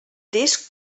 disc